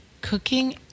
cooking